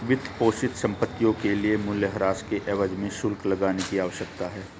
वित्तपोषित संपत्तियों के लिए मूल्यह्रास के एवज में शुल्क लगाने की आवश्यकता है